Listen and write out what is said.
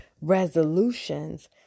resolutions